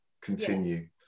continue